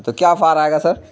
تو کیا فار آئے گا سر